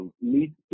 need